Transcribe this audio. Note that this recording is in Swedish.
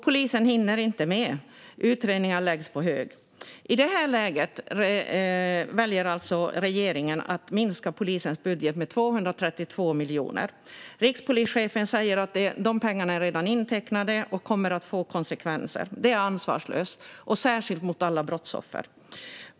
Polisen hinner inte med. Utredningar läggs på hög. I det läget väljer regeringen att minska polisens budget med 232 miljoner. Rikspolischefen säger att de pengarna redan är intecknade och att det kommer att få konsekvenser. Det är ansvarslöst, särskilt mot alla brottsoffer.